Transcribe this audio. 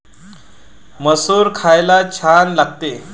मसूर खायला छान लागते